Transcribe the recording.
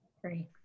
great